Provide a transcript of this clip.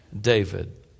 David